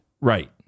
Right